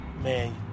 man